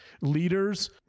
leaders